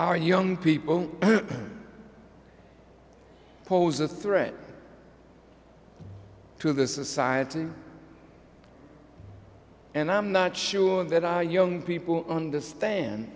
our young people who pose a threat to the society and i'm not sure that our young people understand